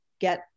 get